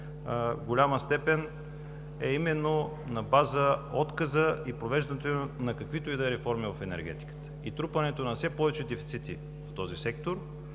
голяма степен е именно на база отказа от провеждането на каквито и да е реформи в енергетиката и трупането на все повече дефицити в този сектор